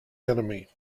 enemy